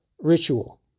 ritual